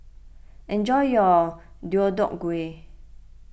enjoy your Deodeok Gui